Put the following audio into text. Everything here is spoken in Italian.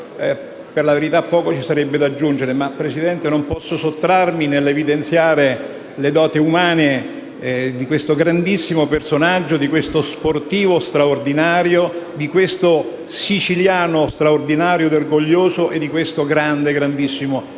per la verità poco ci sarebbe da aggiungere. Ma non posso sottrarmi dall'evidenziare le doti umane di questo grandissimo personaggio, di questo sportivo straordinario, di questo siciliano straordinario e orgoglioso e di questo grande, grandissimo italiano.